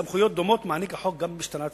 סמכויות דומות החוק נותן גם למשטרה הצבאית.